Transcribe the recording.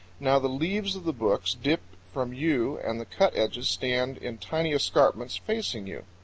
now the leaves of the books dip from you and the cut edges stand in tiny escarpments facing you.